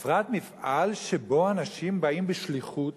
בפרט מפעל שבו אנשים באים בשליחות,